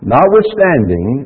Notwithstanding